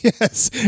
yes